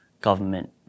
government